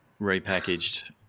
Repackaged